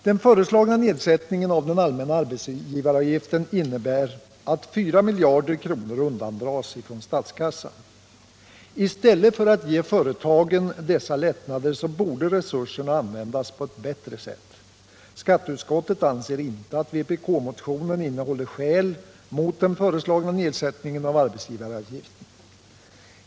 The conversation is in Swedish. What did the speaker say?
Den föreslagna nedsättningen av den allmänna arbetsgivaravgiften innebär att 4 miljarder kronor undandras från statskassan. I stället för att ge företagen dessa lättnader borde resurser användas på ett bättre sätt. Skatteutskottet anser inte att vpk-motionen innehåller skäl mot den föreslagna nedsättningen av arbetsgivaravgiften.